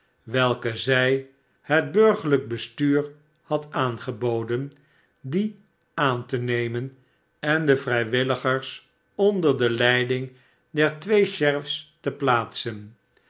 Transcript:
welke zij het burgerlijk bestuur had aangeboden die aan te nemen en deze vrijwilligers onder de leiding der twee sheriffs te plaatsen